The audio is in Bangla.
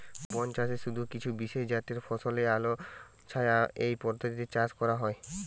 বনচাষে শুধু কিছু বিশেষজাতের ফসলই আলোছায়া এই পদ্ধতিতে চাষ করা হয়